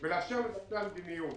ולאפשר לבצע מדיניות.